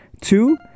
two